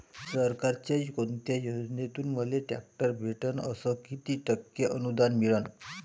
सरकारच्या कोनत्या योजनेतून मले ट्रॅक्टर भेटन अस किती टक्के अनुदान मिळन?